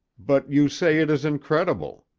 but you say it is incredible.